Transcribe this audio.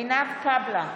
עינב קאבלה,